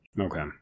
Okay